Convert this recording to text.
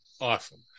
awesome